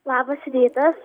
labas rytas